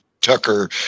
Tucker